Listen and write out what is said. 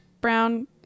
brown